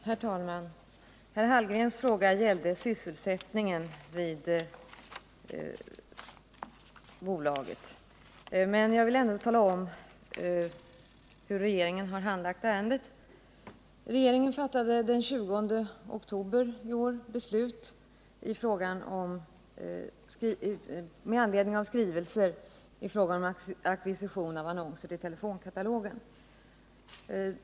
Herr talman! Herr Hallgrens fråga gällde sysselsättningen vid bolaget. Men jag vill ändå tala om hur regeringen har handlagt ärendet. Regeringen fattade den 20 oktober i år beslut med anledning av skrivelser om ackvisition av annonser till telefonkatalogen.